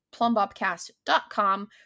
plumbobcast.com